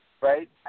right